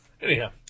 Anyhow